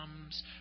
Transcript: comes